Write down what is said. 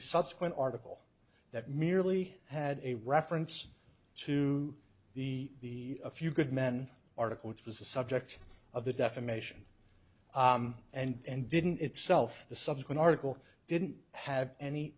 subsequent article that merely had a reference to the a few good men article which was the subject of the defamation and didn't itself the subsequent article didn't have any